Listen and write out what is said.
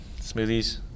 smoothies